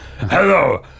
Hello